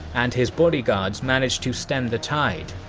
and his bodyguards managed to stem the tide.